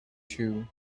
two